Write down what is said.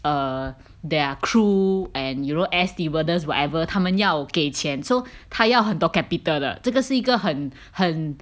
err their crew and you know air stewardess whatever 他们要给钱 so 他要很多 capital 的这个是一个很很